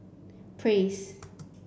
praise